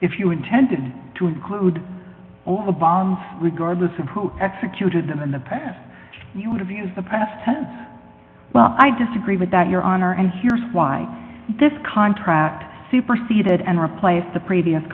if you intended to include all the bombs regardless of who executed them in the past you would have used the past tense well i disagree with that your honor and here's why this contract superceded and replaced the previous